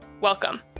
welcome